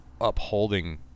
upholding